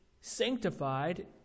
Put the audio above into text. sanctified